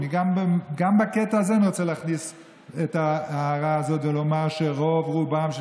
גם בקטע הזה אני רוצה להכניס את ההערה הזאת ולומר שרוב-רובם של